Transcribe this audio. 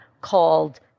called